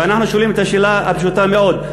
ואנחנו שואלים את השאלה הפשוטה מאוד: